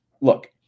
Look